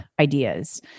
ideas